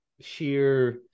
sheer